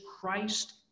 Christ